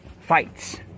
Fights